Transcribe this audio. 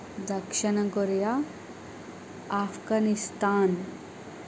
దక్షణ Korea Afghanistan